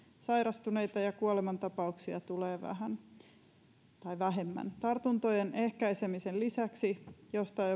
sairastuneita ja kuolemantapauksia tulee vähemmän tartuntojen ehkäisemisen lisäksi mistä on jo